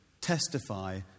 testify